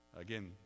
again